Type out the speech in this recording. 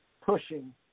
pushing